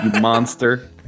monster